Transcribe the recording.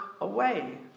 away